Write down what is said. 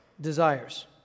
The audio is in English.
desires